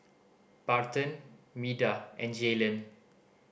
Barton Meda and Jaylen